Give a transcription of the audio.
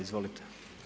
Izvolite.